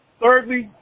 thirdly